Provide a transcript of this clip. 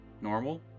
normal